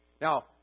Now